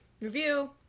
review